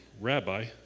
Rabbi